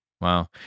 wow